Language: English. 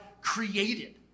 created